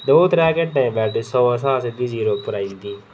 दौ त्रैऽ घैंटें च बैटरी सौ परा जीरो पर इं'या आई जंदी ही